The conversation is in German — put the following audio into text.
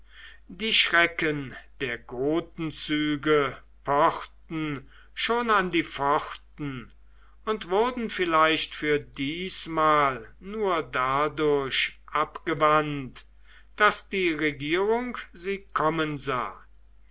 die schrecken der gotenzüge pochten schon an die pforten und wurden vielleicht für diesmal nur dadurch abgewandt daß die regierung sie kommen sah